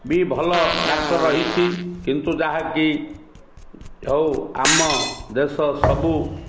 ବି ଭଲ ଡାକ୍ତର ରହିଛି କିନ୍ତୁ ଯାହାକି ହଉ ଆମ ଦେଶ ସବୁ